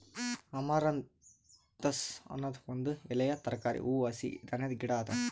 amaranthus ಅನದ್ ಒಂದ್ ಎಲೆಯ ತರಕಾರಿ, ಹೂವು, ಹಸಿ ಧಾನ್ಯದ ಗಿಡ ಅದಾ